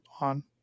on